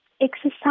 Exercise